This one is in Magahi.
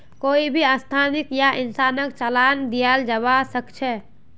कोई भी संस्थाक या इंसानक चालान दियाल जबा सख छ